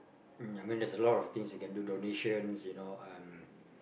um I mean there's a lot of things you can do donations you know um